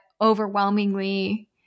overwhelmingly